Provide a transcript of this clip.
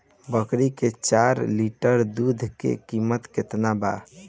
बकरी के चार लीटर दुध के किमत केतना बा?